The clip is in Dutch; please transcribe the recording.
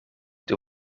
doe